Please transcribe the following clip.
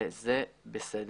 וזה בסדר.